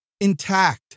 intact